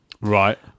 Right